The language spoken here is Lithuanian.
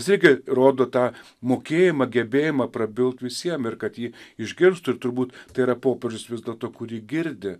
vis tiek rodo tą mokėjimą gebėjimą prabilt visiem ir kad jį išgirstų ir turbūt tai yra popiežius vis dėlto kurį girdi